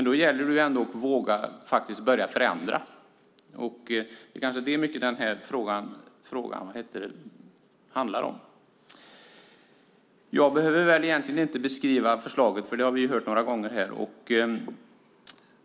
Då gäller det att våga börja förändra. Det kanske är mycket det den här frågan handlar om. Jag behöver inte beskriva förslaget, för vi har hört det beskrivas några gånger redan.